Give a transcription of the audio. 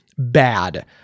bad